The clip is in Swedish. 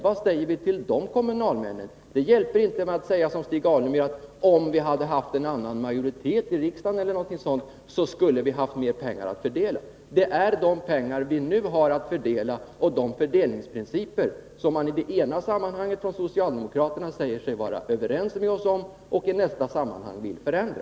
Vad säger vi till de kommunalmännen? Det hjälper inte att säga som Stig Alemyr, att om vi hade haft en annan majoritet i riksdagen skulle vi ha haft mer pengar att fördela. Det är de pengar vi nu har att fördela och de fördelningsprinciper som nu är aktuella som socialdemokraterna i ena sammanhanget säger sig vara överens med oss om och i nästa sammanhang vill förändra.